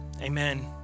amen